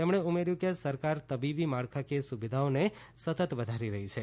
તેમણે ઉમેર્યું કે સરકાર તબીબી માળખાકીય સુવિધાઓને સતત વધારી રઠ્ઠી છે